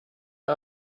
are